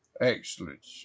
excellent